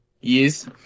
Yes